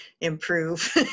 improve